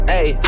Hey